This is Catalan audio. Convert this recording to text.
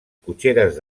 cotxeres